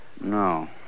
No